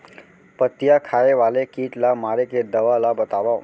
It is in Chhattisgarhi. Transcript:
पत्तियां खाए वाले किट ला मारे के दवा ला बतावव?